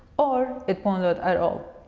or it won't load at all.